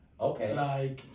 Okay